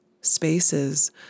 spaces